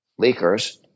leakers